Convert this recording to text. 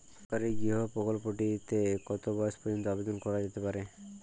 সরকারি গৃহ প্রকল্পটি তে কত বয়স পর্যন্ত আবেদন করা যেতে পারে?